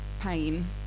pain